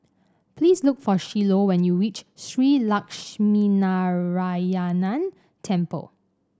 please look for Shiloh when you reach Shree Lakshminarayanan Temple